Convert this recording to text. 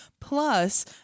plus